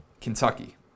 Kentucky